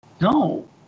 No